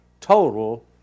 total